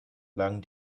lagen